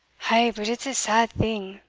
ay, but it's a sad thing,